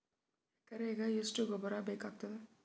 ಎಕರೆಗ ಎಷ್ಟು ಗೊಬ್ಬರ ಬೇಕಾಗತಾದ?